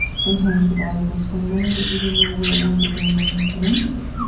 sometimes, the bodies were so mangled, you didn't know where one began and and ended.